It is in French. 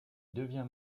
devient